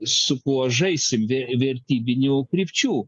su kuo žaisim ve vertybinių krypčių